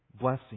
blessing